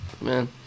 man